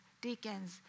deacons